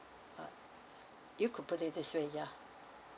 uh you could put it this way ya